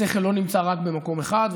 השכל לא נמצא רק במקום אחד,